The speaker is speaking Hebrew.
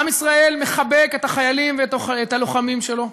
עם ישראל מחבק את החיילים ואת הלוחמים שלו,